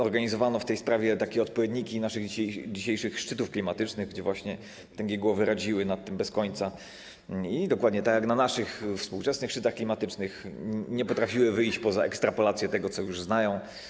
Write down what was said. Organizowano w tej sprawie takie odpowiedniki naszych dzisiejszych szczytów klimatycznych, podczas których tęgie głowy radziły nad tym bez końca i - dokładnie tak jak na naszych współczesnych szczytach klimatycznych - nie potrafiły wyjść poza ekstrapolację tego, co już znają.